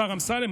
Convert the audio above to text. השר אמסלם,